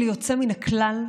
בלי יוצא מן הכלל,